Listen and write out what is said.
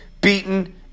beaten